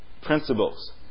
principles